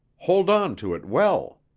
hold on to it well.